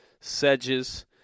sedges